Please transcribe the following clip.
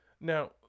now